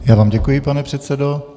Já vám děkuji, pane předsedo.